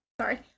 Sorry